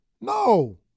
No